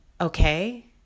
okay